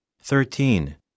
thirteen